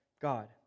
God